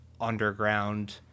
underground